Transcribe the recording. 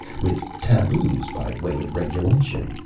with taboos by way of regulation.